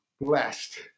blessed